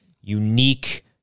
unique